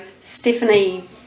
stephanie